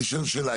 אני שואל שאלה.